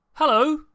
Hello